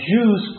Jews